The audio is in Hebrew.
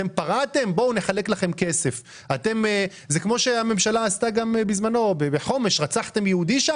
זה כמו שהממשלה עשתה בזמנו בחומש: רצחו יהודי?